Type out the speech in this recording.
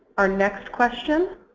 our next question,